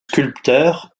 sculpteur